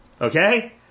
okay